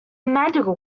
magical